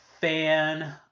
fan